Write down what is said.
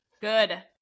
Good